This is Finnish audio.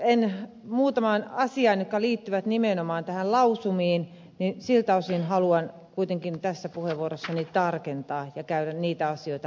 silti muutamia asioita jotka liittyvät nimenomaan lausumiin haluan kuitenkin tässä puheenvuorossani tarkentaa ja käydä niitä asioita läpi